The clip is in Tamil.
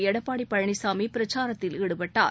எடப்பாடிபழனிசாமிபிரச்சாரத்தில் ஈடுபட்டார்